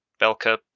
Belka